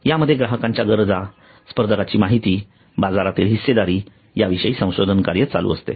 यामध्ये ग्राहकांच्या गरजा स्पर्धकांची माहिती आणि बाजारातील हिस्सेदारी याविषयी संशोधन कार्य चालू असते